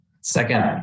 Second